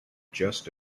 just